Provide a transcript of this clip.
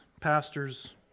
pastors